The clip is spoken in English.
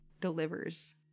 delivers